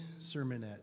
sermonette